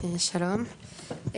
שלום,